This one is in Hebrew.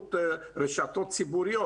באמצעות רשתות ציבוריות.